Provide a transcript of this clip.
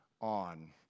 on